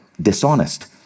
dishonest